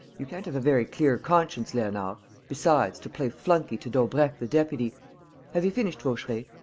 you can't have a very clear conscience, leonard besides, to play flunkey to daubrecq the deputy have you finished, vaucheray?